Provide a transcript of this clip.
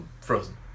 Frozen